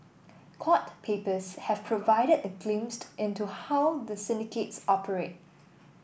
court papers have provided a into how the syndicates operate